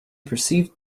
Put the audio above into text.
perceived